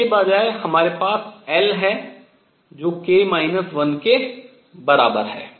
इसके बजाय हमारे पास l है जो k 1 के बराबर है